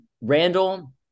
Randall